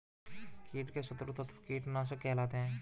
कीट के शत्रु तत्व कीटनाशक कहलाते हैं